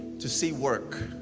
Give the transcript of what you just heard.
to see work,